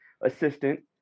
assistant